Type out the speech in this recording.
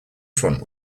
front